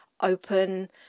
open